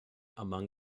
among